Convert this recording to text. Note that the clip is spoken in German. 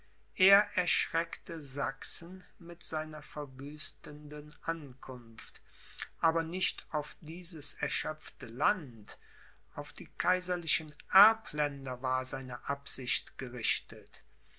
er erschreckte sachsen mit seiner verwüstenden ankunft aber nicht auf dieses erschöpfte land auf die kaiserlichen erbländer war seine absicht gerichtet